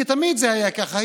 כי תמיד זה היה ככה,